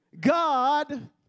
God